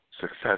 success